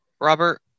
Robert